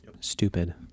stupid